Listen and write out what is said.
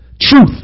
Truth